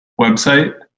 website